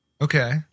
Okay